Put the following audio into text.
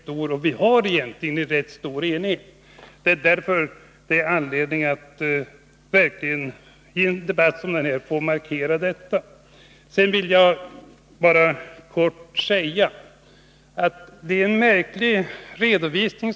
Egentligen finns det också en rätt stor enighet, och vi har anledning att markera detta i en sådan här debatt. Sedan vill jag bara kort säga att det ofta sker en märklig redovisning.